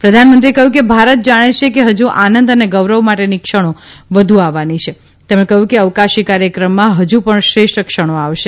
પ્રધાનમંત્રીએ કહ્યું કે ભારત જાણે છે કે હજુ આનંદ અને ગૌરવ માટેની ક્ષણો વધુ આવવાની છે તેમણે કહ્યું કે અવકાશી કાર્યક્રમમાં હજુ પણ શ્રેષ્ઠ ક્ષણો આવશે